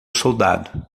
soldado